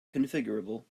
configurable